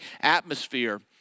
atmosphere